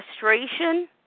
frustration